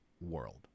world